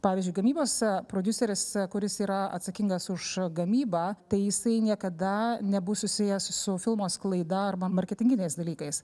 pavyzdžiui gamybos prodiuseris kuris yra atsakingas už gamybą tai jisai niekada nebus susijęs su filmo sklaida arba marketinginiais dalykais